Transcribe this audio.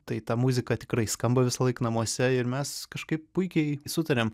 tai ta muzika tikrai skamba visąlaik namuose ir mes kažkaip puikiai sutariam